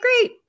great